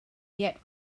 yet